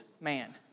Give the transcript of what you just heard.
man